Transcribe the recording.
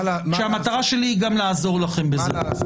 והמטרה שלי היא גם לעזור לכם בזה.